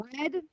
Red